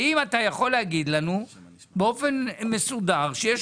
האם אתה יכול להגיד לנו באופן מסודר שיש